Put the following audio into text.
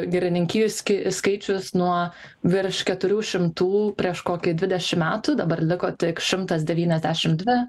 girininkijų ski skaičius nuo virš keturių šimtų prieš kokį dvidešimt metų dabar liko tik šimtas devyniasdešimt dvi